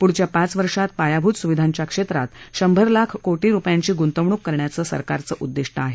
पुढच्या पाच वर्षांत पायाभूत सुविधांच्या क्षेत्रात शंभर लाख कोटी रुपयांची गुंतवणूक करण्याचं सरकारचं उद्दिष्ट आहे